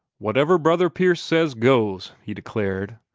whatever brother pierce says, goes! he declared.